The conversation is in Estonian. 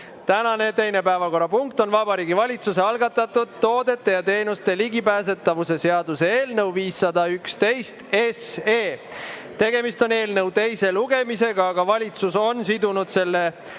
Tänane teine päevakorrapunkt on Vabariigi Valitsuse algatatud toodete ja teenuste ligipääsetavuse seaduse eelnõu 511. Tegemist on eelnõu teise lugemisega, aga valitsus on sidunud selle